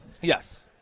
Yes